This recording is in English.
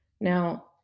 Now